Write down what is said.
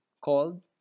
called